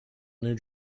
new